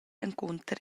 encunter